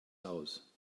house